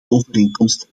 overeenkomst